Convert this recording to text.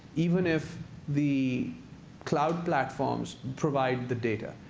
even if the cloud platforms provide the data.